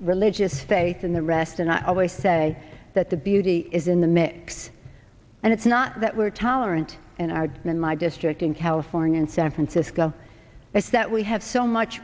religious faith and the rest and i always say that the beauty is in the mix and it's not that we're tolerant and are in my district in california and san francisco it's that we have so much